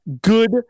good